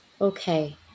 Okay